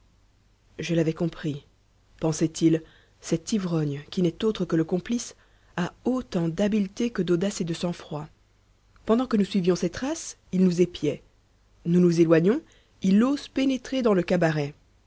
je l'avais compris pensait-il cet ivrogne qui n'est autre que le complice a autant d'habileté que d'audace et de sang-froid pendant que nous suivions ses traces il nous épiait nous nous éloignons il ose pénétrer dans le cabaret